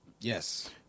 Yes